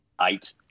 Eight